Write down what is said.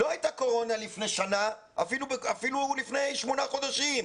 לפני שנה לא הייתה קורונה ואפילו לא הייתה לפני שמונה חודשים.